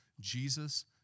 Jesus